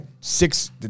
Six